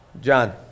John